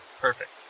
Perfect